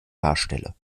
darstelle